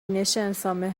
محور